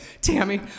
Tammy